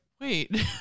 Wait